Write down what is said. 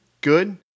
Good